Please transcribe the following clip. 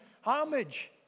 homage